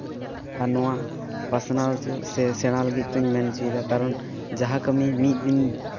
ᱟᱨ ᱱᱚᱣᱟ ᱯᱟᱥᱱᱟᱣ ᱫᱚ ᱥᱮ ᱥᱮᱲᱟ ᱞᱟᱹᱜᱤᱫ ᱛᱤᱧ ᱢᱮᱱ ᱦᱚᱪᱚᱭᱫᱟ ᱠᱟᱨᱚᱱ ᱡᱟᱦᱟᱸ ᱠᱟᱹᱢᱤ ᱢᱤᱫ ᱫᱤᱱ